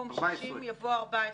במקום "14"